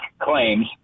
claims